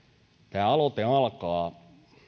tämä aloite alkaa